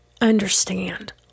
understand